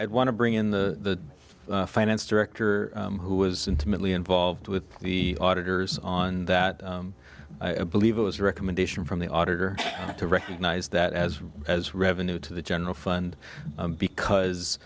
want to bring in the finance director who was intimately involved with the auditors on that i believe it was a recommendation from the auditor to recognise that as as revenue to the general fund because